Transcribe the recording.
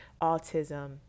autism